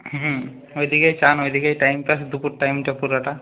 হুম ওদিকেই স্নান ওদিকেই টাইম পাস দুপুর টাইমটা পুরোটা